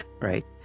Right